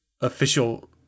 official